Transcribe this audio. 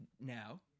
now